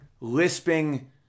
lisping